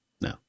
No